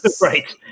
right